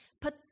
Put